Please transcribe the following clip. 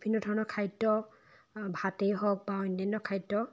বিভিন্ন ধৰণৰ খাদ্য ভাতেই হওক বা অন্যান্য খাদ্য